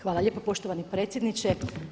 Hvala lijepo poštovani predsjedniče.